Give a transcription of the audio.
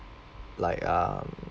like um